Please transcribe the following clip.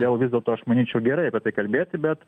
dėl vis dėlto aš manyčiau gerai apie tai kalbėti bet